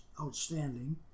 outstanding